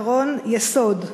עקרון יסוד.